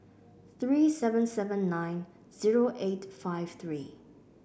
three seven seven nine zero eight five three